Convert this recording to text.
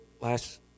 last